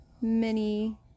mini